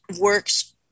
works